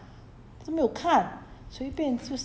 no 它有另外一种叫 potong potong